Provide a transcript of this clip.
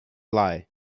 lie